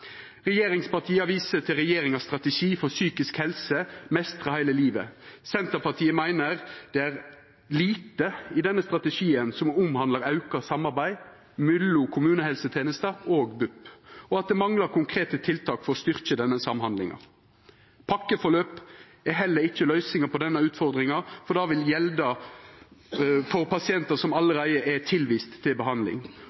Regjeringspartia viser til regjeringas strategi for psykisk helse, Mestre hele livet. Senterpartiet meiner det er lite i denne strategien som omhandlar auka samarbeid mellom kommunehelsetenesta og BUP, og at det manglar konkrete tiltak for å styrkja denne samhandlinga. Pakkeforløp er heller ikkje løysinga på denne utfordringa, for det vil gjelda for pasientar som